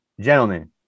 Gentlemen